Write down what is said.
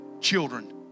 children